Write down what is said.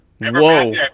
Whoa